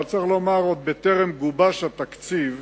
אבל צריך לומר עוד, בטרם גובש התקציב,